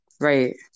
Right